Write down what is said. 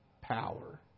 power